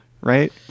right